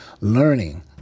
learning